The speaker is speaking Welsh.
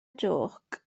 jôc